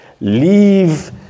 leave